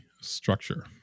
structure